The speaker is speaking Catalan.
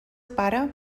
pare